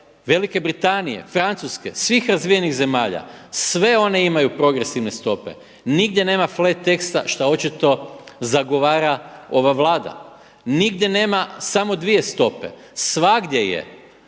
Velike Britanije, Francuske, svih razvijenih zemalja, sve one imaju progresivne stope, nigdje nema flat tax šta očito zagovara ova Vlada. Nigdje nema samo dvije stope, svagdje je